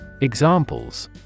Examples